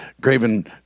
graven